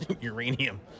uranium